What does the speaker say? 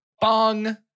Bong